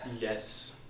Yes